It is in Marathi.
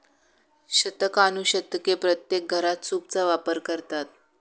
शतकानुशतके प्रत्येक घरात सूपचा वापर करतात